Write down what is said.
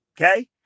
Okay